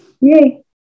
Yay